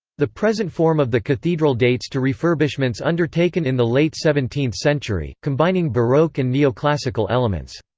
the present form of the cathedral dates to refurbishments undertaken in the late seventeenth century, combining baroque and neoclassical elements.